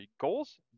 goals